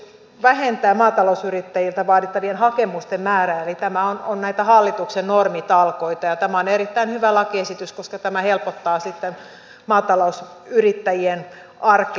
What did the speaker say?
tämä esitys vähentää maatalousyrittäjiltä vaadittavien hakemusten määrää eli tämä on näitä hallituksen normitalkoita ja tämä on erittäin hyvä lakiesitys koska tämä helpottaa sitten maatalousyrittäjien arkea